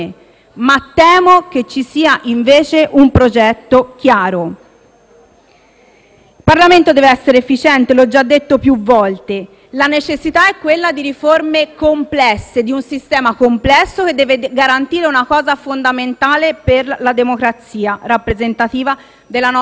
Il Parlamento deve essere efficiente, come ho già detto più volte. La necessità è quella di riforme complesse, di un sistema complesso che deve garantire aspetti fondamentali per la democrazia rappresentativa della nostra Repubblica. Ci sono degli emendamenti che sono stati presentati in Commissione,